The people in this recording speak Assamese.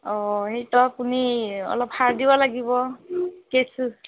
অ' সেইটো আপুনি অলপ সাৰ দিব লাগিব কেঁচু